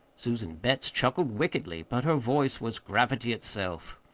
susan betts chuckled wickedly, but her voice was gravity itself.